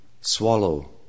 swallow